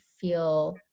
feel